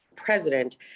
president